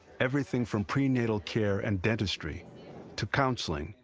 everything from pre-natal care and dentistry to counseling,